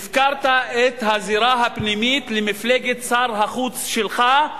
הפקרת את הזירה הפנימית למפלגת שר החוץ שלך,